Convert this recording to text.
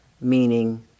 meaning